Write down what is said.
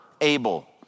Abel